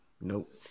Nope